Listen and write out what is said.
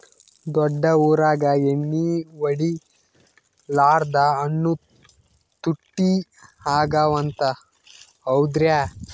ದೊಡ್ಡ ಊರಾಗ ಎಣ್ಣಿ ಹೊಡಿಲಾರ್ದ ಹಣ್ಣು ತುಟ್ಟಿ ಅಗವ ಅಂತ, ಹೌದ್ರ್ಯಾ?